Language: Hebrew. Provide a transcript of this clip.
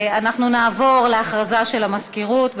אנחנו נעבור להודעה של המזכירות.